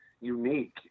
unique